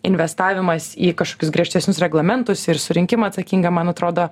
investavimas į kažkokius griežtesnius reglamentus ir surinkimą atsakingą man atrodo